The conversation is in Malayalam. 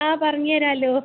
ആ പറഞ്ഞു തരാമല്ലൊ